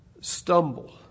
stumble